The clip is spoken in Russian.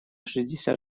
шестьдесят